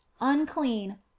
unclean